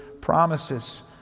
promises